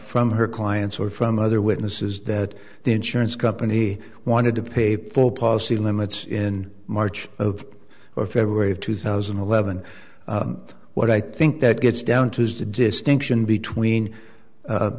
from her clients or from other witnesses that the insurance company wanted to pay full policy limits in march of or february of two thousand and eleven what i think that gets down to is the distinction between